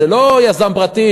זה לא יזם פרטי,